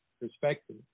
perspective